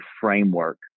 framework